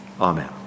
Amen